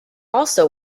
also